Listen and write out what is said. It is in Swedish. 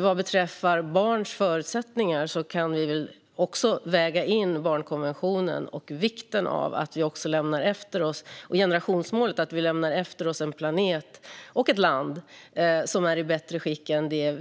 Vad beträffar barns förutsättningar kan vi väl också väga in barnkonventionen och generationsmålet att vi lämnar efter oss en planet och ett land som är i bättre skick än det